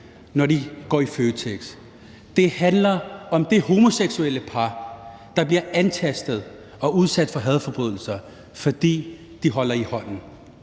når de går i Føtex. Det handler om det homoseksuelle par, der bliver antastet og udsat for hadforbrydelser, fordi de holder i hånd.